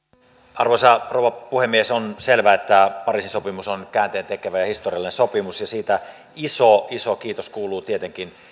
arvoisa rouva puhemies on selvää että pariisin sopimus on käänteentekevä ja historiallinen sopimus ja siitä iso iso kiitos kuuluu tietenkin